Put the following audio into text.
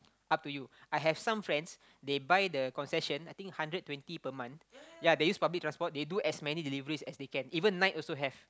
up to you I have some friends they buy the concession I think hundred twenty per month yea they use public transport they do as many deliveries as they can even night also have